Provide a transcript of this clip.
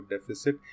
deficit